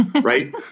right